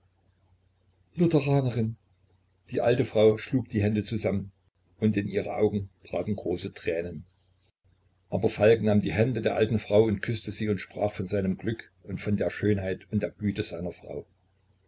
die alte frau schlug die hände zusammen und in ihre augen traten große tränen aber falk nahm die hände der alten frau und küßte sie und sprach von seinem glück und von der schönheit und der güte seiner frau